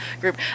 group